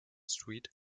street